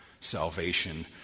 salvation